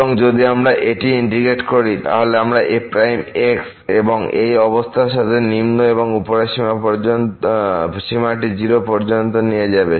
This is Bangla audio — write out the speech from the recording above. এবং যদি আমরা এটি ইন্টিগ্রেট করি আমরা পাই f এবং এই অবস্থার সাথে নিম্ন এবং উপরের সীমাটি 0 পর্যন্ত নিয়ে যাবে